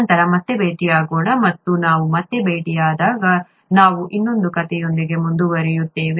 ನಂತರ ಮತ್ತೆ ಭೇಟಿಯಾಗೋಣ ಮತ್ತು ನಾವು ಮತ್ತೆ ಭೇಟಿಯಾದಾಗ ನಾವು ಇನ್ನೊಂದು ಕಥೆಯೊಂದಿಗೆ ಮುಂದುವರಿಯುತ್ತೇವೆ